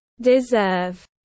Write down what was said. deserve